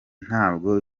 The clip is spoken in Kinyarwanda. ntabwo